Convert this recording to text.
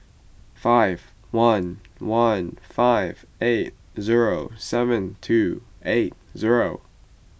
five one one five eight zero seven two eight zero